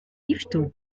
yvetot